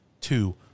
two